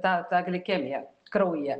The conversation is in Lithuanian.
tą tą glikemiją kraujyje